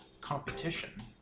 Competition